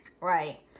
Right